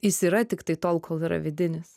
jis yra tiktai tol kol yra vidinis